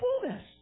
fullness